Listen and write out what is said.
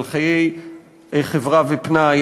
על חיי חברה ופנאי,